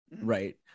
right